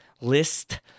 list